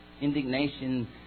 Indignation